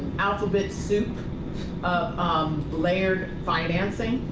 alphabet soup of um layered financing.